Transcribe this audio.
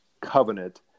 covenant